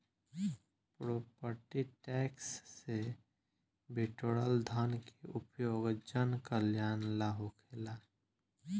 property tax से बिटोरल धन के उपयोग जनकल्यान ला होखेला